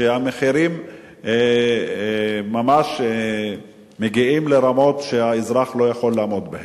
שהמחירים מגיעים ממש לרמות שהאזרח לא יכול לעמוד בהם.